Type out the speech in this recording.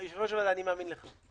יושב-ראש, אני מאמין לך.